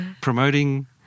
promoting